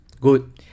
good